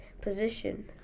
position